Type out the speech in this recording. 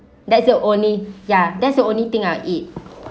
that's the only ya that's the only thing I'll eat